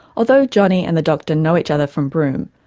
although johnny and the doctor know each other from broome,